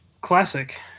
classic